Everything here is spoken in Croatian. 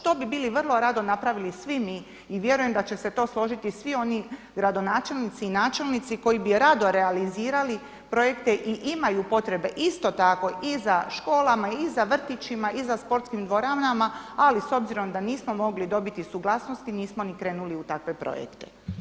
To bi bili vrlo rado napravili svi mi i vjerujem da će se to složiti svi oni gradonačelnici i načelnici koji bi rado realizirali projekte i imaju potrebe isto tako i za školama, i za vrtićima, i za sportskim dvoranama, ali s obzirom da nismo mogli dobiti suglasnosti nismo ni krenuli u takve projekte.